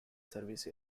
service